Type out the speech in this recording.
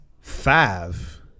five